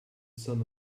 sun